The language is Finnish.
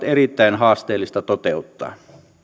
erittäin haasteellista toteuttaa